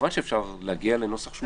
וכמובן שאפשר להגיע לנוסח מתאים.